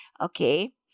Okay